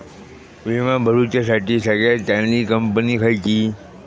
विमा भरुच्यासाठी सगळयात चागंली कंपनी खयची?